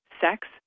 sex